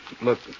look